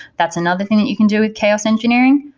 that's another thing that you can do with chaos engineering.